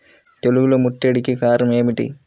తెగుళ్ల ముట్టడికి కారణం ఏమిటి?